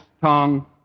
tongue